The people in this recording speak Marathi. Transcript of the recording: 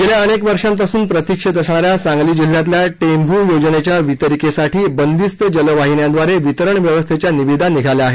गेल्या अनेक वर्षांपासून प्रतीक्षेत असणाऱ्या सांगली जिल्ह्यातल्या टेंभू योजनेच्या वितरीकासाठी बंदीस्त जलवाहिन्यांद्वारे वितरण व्यवस्थेच्या निविदा निघाल्या आहेत